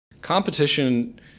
Competition